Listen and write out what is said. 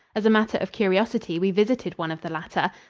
as a matter of curiosity, we visited one of the latter.